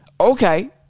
Okay